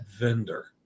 vendor